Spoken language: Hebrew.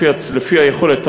לפי היכולת,